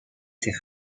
ses